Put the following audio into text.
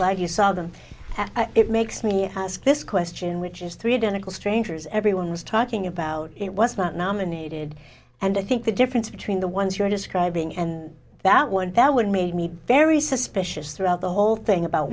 like you saw them it makes me ask this question which is three donegal strangers everyone was talking about it was not nominated and i think the difference between the ones you're describing and that one that would made me very suspicious throughout the whole thing about